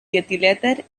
dietilèter